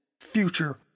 future